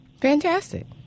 Fantastic